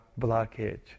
blockage